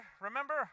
Remember